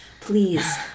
Please